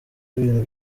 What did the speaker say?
ibintu